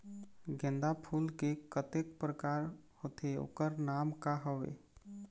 गेंदा फूल के कतेक प्रकार होथे ओकर नाम का हवे?